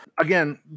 Again